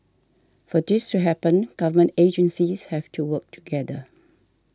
for this to happen government agencies have to work together